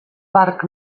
parc